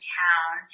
town